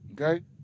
okay